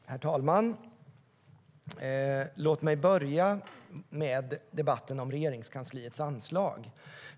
Herr talman! Låt mig börja med debatten om Regeringskansliets anslag.